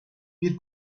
bir